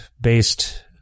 based